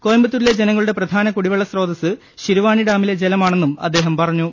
കോയമ്പത്തൂരിലെ ജനങ്ങളുടെ പ്രധാന കുടി വെള്ള സ്രോതസ്സ് ശിരുവാണി ഡാമിലെ ജലമാണെന്നും അദ്ദേഹം പറഞ്ഞു